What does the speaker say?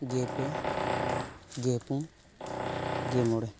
ᱜᱮ ᱯᱮ ᱜᱮ ᱯᱩᱱ ᱜᱮ ᱢᱚᱬᱮ